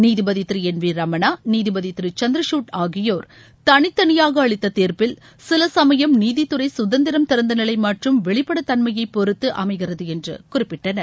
நீதிபதி திரு N V Ramana நீதிபதி திரு சந்திரகுட் ஆகியோர் தனித்தனியாக அளித்த தீர்ப்பில் சில சமயம் நீதித்துறை சுதந்திரம் திறந்தநிலை மற்றும் வெளிப்படைத்தன்மையை பொருத்து அமைகிறது என்று குறிப்பிட்டனர்